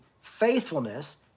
faithfulness